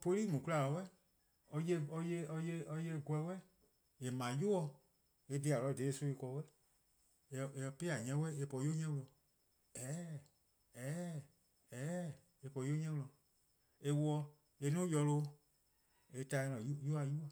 poli' mu-a 'kwla 'suh :yee' or 'ye 'gweh :eh 'ble-a 'yu. Eh :dhe dih dha soba+ ken :mor eh 'plih 'ni 'suh eh po 'yu 'ni worn. :eheheh' :eheheh' :eheheh' eh po 'yu 'ni worn. eh 'wluh 'o eh 'duo: yorluh' eh 'tan eh-: 'yu-a 'yuba.